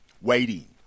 waiting